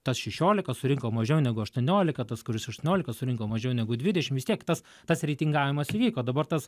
tas šešiolika surinko mažiau negu aštuoniolika tas kuris aštuoniolika surinko mažiau negu dvidešim vis tiek tas tas reitingavimas įvyko dabar tas